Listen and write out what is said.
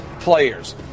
players